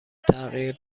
تغییر